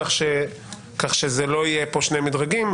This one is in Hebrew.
כך שלא יהיו פה שני מדרגים.